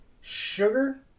Sugar